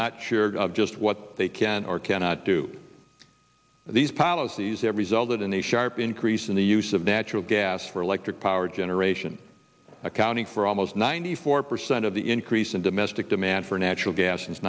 not sure just what they can or cannot do these policies every zol that in a sharp increase in the use of natural gas for electric power generation accounting for almost ninety four percent of the increase in domestic demand for natural gas in